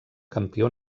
campió